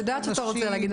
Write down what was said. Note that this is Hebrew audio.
אני יודעת שאתה רוצה להגיד,